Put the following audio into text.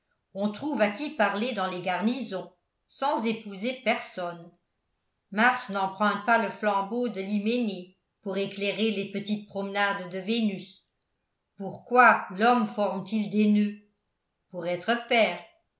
on trouve à qui parler dans les garnisons sans épouser personne mars n'emprunte pas le flambeau de l'hyménée pour éclairer les petites promenades de vénus pourquoi l'homme formet il des noeuds pour être père